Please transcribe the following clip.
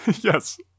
Yes